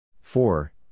four